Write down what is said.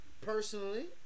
Personally